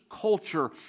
culture